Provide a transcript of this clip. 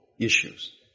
Issues